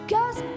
Cause